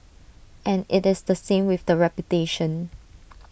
and IT is the same with the reputation